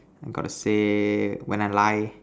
I've got to say when I lie